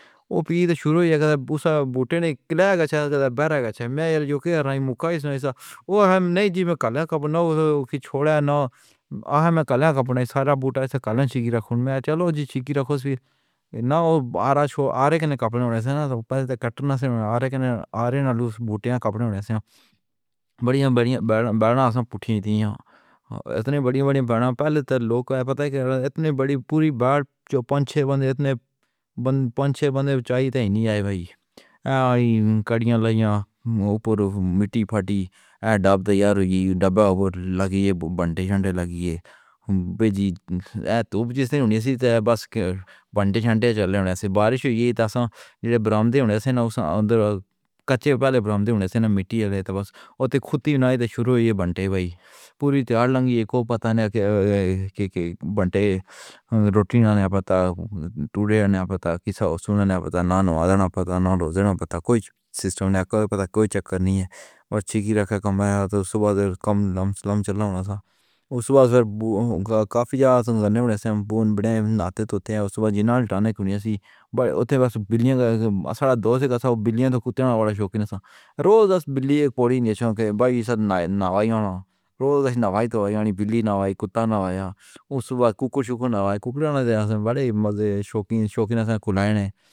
اے پی دا شروع ہے، کدا بوٹیں نے کلایا کہ برا نہیں مُکاس نے ایسا اہم نہیں جی میں کل کپنا چھوڑے نا آہا میں کل کپنے سارا بوٹا اسے کل چھکی رکھنی چلو جی چھکی رکھو نہ وہ بارش و آرے نے کپنے پہتے کٹنے سے میں آرے آرے نے لوس بوٹیاں کپنے سے بڑی بڑی بنانا پوڈی تھی ہیں. اتنی بڑی بڑی بنانا پہلے سے لوک ہے پتہ ہے کہ اتنی بڑی پوری بڑ جو پنچھے بنے اتنے پنچھے بنے تو چائی تھیں نہیں آئے بھائی کڑیاں لے آؤ اوپر مٹی پھاٹی ڈب تیار ہوگی ڈبہ اوپر لگی بنٹے مینٹے لگی بیجی تو جس نے ہونی سی بس بنٹے مینٹے چلے بارش ہوئی ہے تاں براہِ مہربانی ہونے سے نہ کچے پہلے برآمد ہونے سے نہ مٹی تے بس اتی خود ہی نہیں تے شروع بنٹے ہوئی پوری تیاار لنگی کو پتا نہ کے کے بنٹے روٹی نہ پتا ٹوڈے نہ پتا کے سا سننا پتا نہ نوازنا پتا نہ روزنا پتا کوئی سسٹم نہ پتا کوئی چکر نہیں اور چھکی رکھے کامے صبح کم لام سلام چلنا ہے سا۔ صبح کافی جانب نہیں بنتی تھی. صبح جینا ڈانے کی نہیں تھی. اوہیں بس بلیاں گھر مسالہ دو تھا کہ بلیاں تو کتنے بڑا شوقین ہوں. روز اس بلی پوڑی نہیں تھی کہ بائی سا نہ آجاؤ نا روز نہ آئی تو بلی نہ آئی کتا نہ آئی اوہی صبح کوکڑ شوکڑ نہ آئی کوکڑا نہ دیا بڑے مزے شوقین شوقین ہے کلاڑی نے